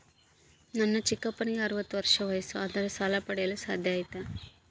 ನನ್ನ ಚಿಕ್ಕಪ್ಪನಿಗೆ ಅರವತ್ತು ವರ್ಷ ವಯಸ್ಸು ಆದರೆ ಸಾಲ ಪಡೆಯಲು ಸಾಧ್ಯ ಐತಾ?